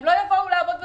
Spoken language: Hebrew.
הן לא יבואו לעבוד בצהרון.